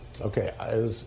okay